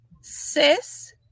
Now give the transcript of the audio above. sis